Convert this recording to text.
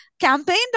campaigned